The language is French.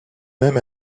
même